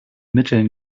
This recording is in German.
mitteln